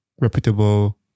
reputable